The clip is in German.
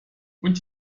und